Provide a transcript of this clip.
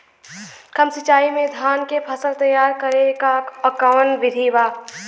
कम सिचाई में धान के फसल तैयार करे क कवन बिधि बा?